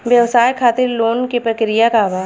व्यवसाय खातीर लोन के प्रक्रिया का बा?